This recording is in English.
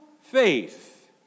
faith